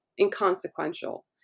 inconsequential